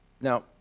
Now